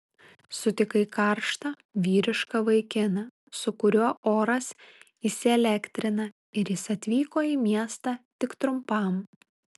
sutikai karštą vyrišką vaikiną su kuriuo oras įsielektrina ir jis atvyko į miestą tik trumpam